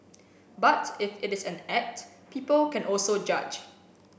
but if it is an act people can also judge